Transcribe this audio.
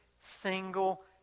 single